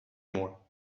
more